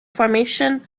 formation